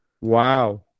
Wow